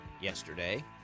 yesterday